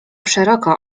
szeroko